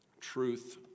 truth